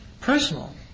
personal